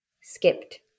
skipped